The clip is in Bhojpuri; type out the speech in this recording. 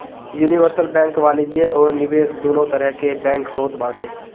यूनिवर्सल बैंक वाणिज्य अउरी निवेश दूनो तरह के बैंक होत बाटे